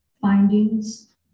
findings